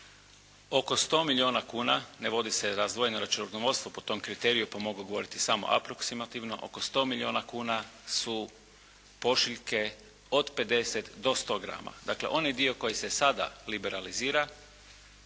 oko 100 milijuna kuna, ne vodi se razdvojeno računovodstvo po tom kriteriju pa mogu govoriti samo aproksimativno oko 100 milijuna kuna su pošiljke od 50 do 100 grama. Dakle, onaj dio koji se sada liberalizira